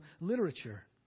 literature